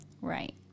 Right